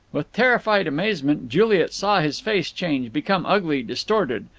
with terrified amazement juliet saw his face change, become ugly, distorted.